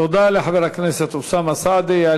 תודה לחבר הכנסת אוסאמה סעדי.